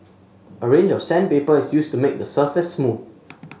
a range of sandpaper is used to make the surface smooth